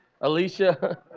Alicia